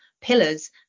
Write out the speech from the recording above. pillars